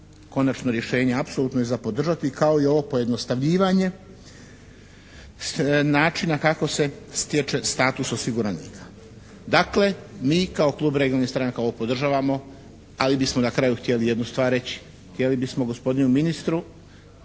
konačno rješenje apsolutno je za podržati kao i ovo pojednostavljivanje načina kako se stječe status osiguranika. Dakle mi kao klub regionalnih stranaka ovo podržavamo, ali bismo na kraju htjeli jednu stvar reći. Htjeli bismo gospodinu ministru